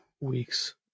weeks